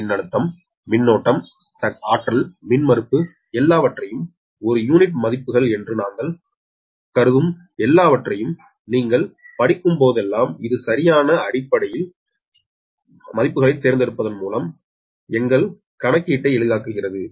மின்னழுத்தம் மின்னோட்டம் சக்தி மின்மறுப்பு எல்லாவற்றையும் ஒரு யூனிட் மதிப்புகள் என்று நாங்கள் கருதும் எல்லாவற்றையும் நீங்கள் படிக்கும்போதெல்லாம் இது சரியான அடிப்படையிலான மதிப்புகளைத் தேர்ந்தெடுப்பதன் மூலம் எங்கள் கணக்கீட்டை எளிதாக்குகிறது